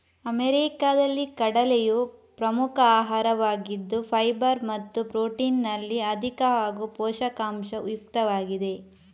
ಅಮೆರಿಕಾದಲ್ಲಿ ಕಡಲೆಯು ಪ್ರಮುಖ ಆಹಾರವಾಗಿದ್ದು ಫೈಬರ್ ಮತ್ತು ಪ್ರೊಟೀನಿನಲ್ಲಿ ಅಧಿಕ ಹಾಗೂ ಪೋಷಕಾಂಶ ಯುಕ್ತವಾಗಿದೆ